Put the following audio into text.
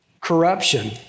corruption